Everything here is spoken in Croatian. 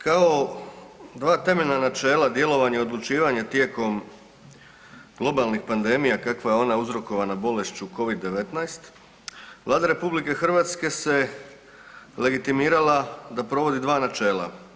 Kao dva temeljna načela, djelovanje i odlučivanje tijekom globalnih pandemija, kakva je ona uzrokovana bolešću Covid-19, Vlada RH se legitimirala da provodi 2 načela.